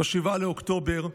ב-7 באוקטובר,